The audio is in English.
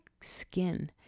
skin